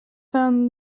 found